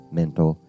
mental